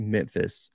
Memphis